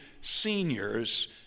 seniors